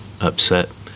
upset